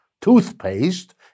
toothpaste